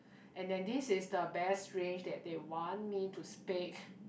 and then this is the best range that they want me to speak